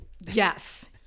Yes